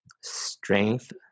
strength